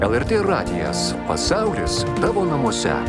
lrt radijas pasaulis tavo namuose